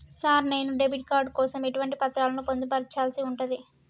Sir నేను debit card కోసం ఎటువంటి పత్రాలను పొందుపర్చాల్సి ఉంటది?